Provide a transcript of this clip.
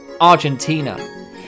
argentina